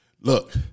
Look